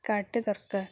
କାର୍ଟେ ଦରକାର